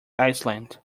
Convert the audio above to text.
iceland